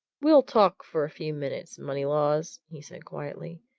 we'll talk for a few minutes, moneylaws, he said quietly,